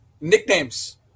Nicknames